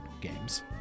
games